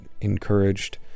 encouraged